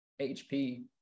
HP